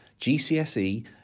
GCSE